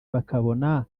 bakabona